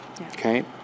okay